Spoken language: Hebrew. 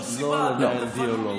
אין שום סיבה, אתם תפנו מייד.